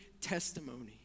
testimony